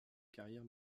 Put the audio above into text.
carrière